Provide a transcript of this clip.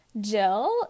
Jill